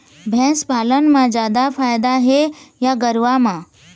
भैंस पालन म जादा फायदा हे या गरवा म?